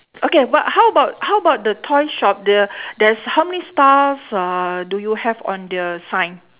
okay but how bout how bout the toy shop the there's how many stars uhh do you have on the sign